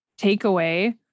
takeaway